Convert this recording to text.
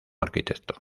arquitecto